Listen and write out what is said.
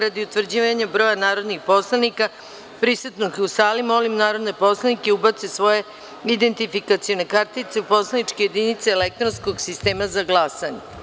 Radi utvrđivanja broja narodnih poslanika prisutnih u sali, molim narodne poslanike da ubace svoje identifikacione kartice u poslaničke jedinice elektronskog sistema za glasanje.